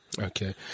Okay